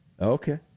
Okay